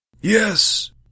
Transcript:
Yes